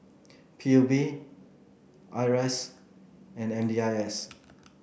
P U B I R A S and M D I S